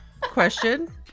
question